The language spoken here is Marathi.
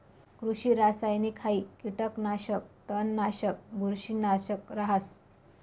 कृषि रासायनिकहाई कीटकनाशक, तणनाशक, बुरशीनाशक रहास